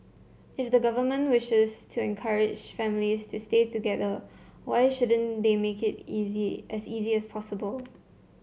if the government wishes to encourage families to stay together why shouldn't they make it easy as easy as possible